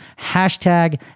Hashtag